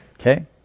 Okay